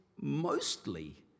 mostly